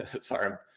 sorry